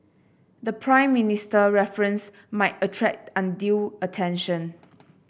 the Prime Minister reference might attract undue attention